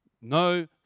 no